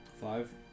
five